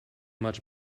much